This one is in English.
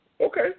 Okay